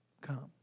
come